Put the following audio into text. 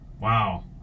Wow